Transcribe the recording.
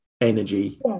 energy